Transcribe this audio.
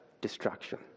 destruction